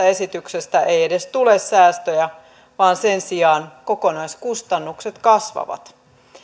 esityksestä ei edes tule säästöjä vaan sen sijaan kokonaiskustannukset kasvavat